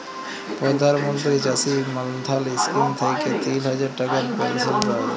পরধাল মলত্রি চাষী মাল্ধাল ইস্কিম থ্যাইকে তিল হাজার টাকার পেলশল পাউয়া যায়